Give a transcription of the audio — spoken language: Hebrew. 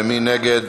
מי נגד?